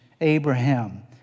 Abraham